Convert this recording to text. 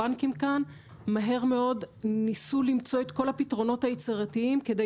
הבנקים כאן ניסו למצוא מהר מאוד את כל הפתרונות היצירתיים כדי